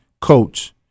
coach